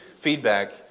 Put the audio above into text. feedback